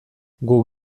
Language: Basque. guk